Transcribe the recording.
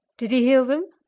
did he heal them?